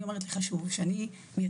אני אומרת לך שוב, שאני מייצגת